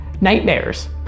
nightmares